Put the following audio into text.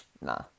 nah